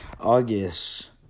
August